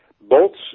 Bolt's